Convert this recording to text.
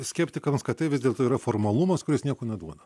skeptikams kad tai vis dėlto yra formalumas kuris nieko neduoda